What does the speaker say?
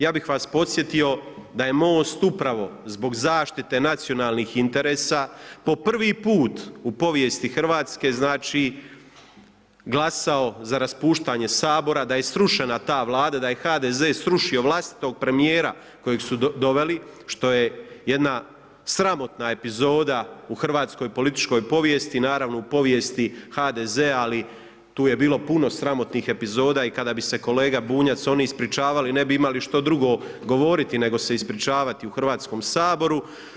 Ja bih vas podsjetio da je MOST upravo zbog zaštite nacionalnih interesa po prvi put u povijesti Hrvatske glasao za raspuštanje Sabora, da je srušena ta Vlada i da je HDZ srušio vlastitog premijera kojeg su doveli, što je jedna sramotna epizoda u hrvatskoj političkoj povijesti, naravno u povijesti HDZ-a ali tu je bilo puno sramotnih epizoda i kada bi se kolega Bunjac, oni ispričavali ne bi imali što drugo govoriti nego se ispričavati u Hrvatskom saboru.